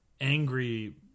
angry